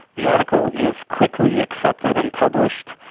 the article is quickly accepted and published,